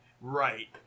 Right